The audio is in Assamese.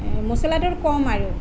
মচলাটোৰ কম আৰু